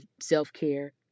self-care